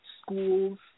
schools